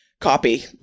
copy